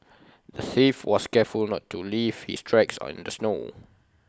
the thief was careful to not leave his tracks in the snow